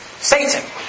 Satan